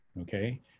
Okay